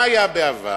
מה היה בעבר?